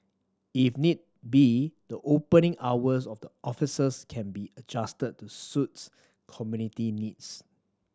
if need be the opening hours of the offices can be adjusted to suits community needs